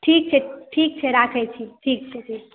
ठीक छै ठीक छै राखै छी ठीक छै ठीक छैऽ